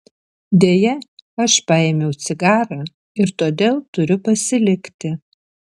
deja aš paėmiau cigarą ir todėl turiu pasilikti